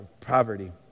poverty